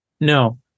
No